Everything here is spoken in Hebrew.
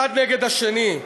האחד נגד השני.